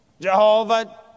Jehovah